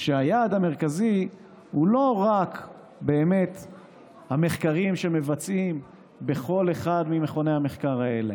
כשהיעד המרכזי הוא לא רק המחקרים שמבצעים בכל אחד ממכוני המחקר האלה,